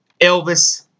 Elvis